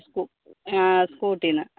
സ്കു സ്കൂട്ടീന്ന്